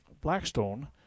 Blackstone